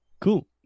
Cool